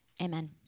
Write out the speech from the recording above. Amen